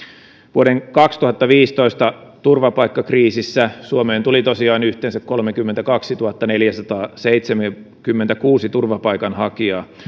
vuoden kaksituhattaviisitoista turvapaikkakriisissä suomeen tuli tosiaan yhteensä kolmekymmentäkaksituhattaneljäsataaseitsemänkymmentäkuusi turvapaikanhakijaa